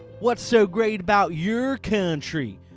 what's so great about your country?